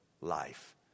life